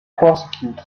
prosecuted